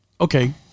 Okay